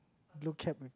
blue cap with